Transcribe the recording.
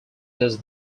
does